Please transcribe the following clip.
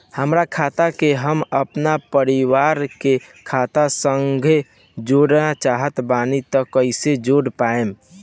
हमार खाता के हम अपना परिवार के खाता संगे जोड़े चाहत बानी त कईसे जोड़ पाएम?